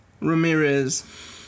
Ramirez